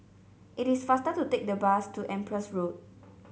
it is faster to take the bus to Empress Road